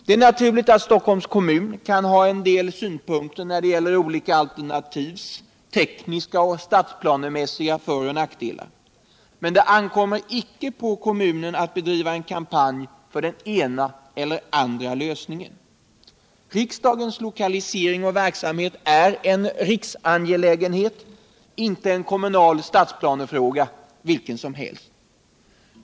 Det är naturligt att Stockholms kommun kan ha en del synpunkter när det gäller olika alternativs tekniska och stadsplanemässiga för och nackdelar, men det ankommer icke på kommunen att bedriva en kampanj för den ena eller andra lösningen. Riksdagens lokalisering och verksamhet är en riksangelägenhet — inte en kommunal stadsplanefråga vilken som helst.